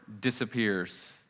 disappears